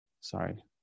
sorry